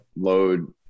load